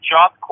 Job